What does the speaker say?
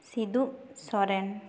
ᱥᱤᱫᱩᱯ Soren